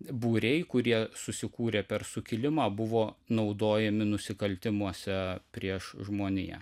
būriai kurie susikūrė per sukilimą buvo naudojami nusikaltimuose prieš žmoniją